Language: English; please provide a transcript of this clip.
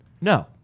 No